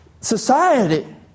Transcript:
society